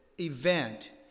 Event